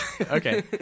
Okay